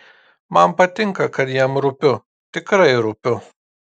man patinka kad jam rūpiu tikrai rūpiu